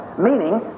meaning